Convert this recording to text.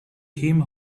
him